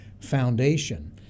foundation